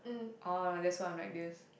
orh that's why I'm like this